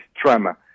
trauma